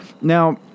Now